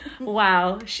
Wow